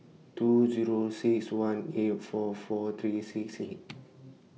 two Zero six one eight four four three six six